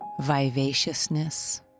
vivaciousness